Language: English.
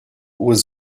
was